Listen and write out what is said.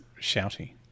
shouty